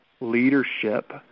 leadership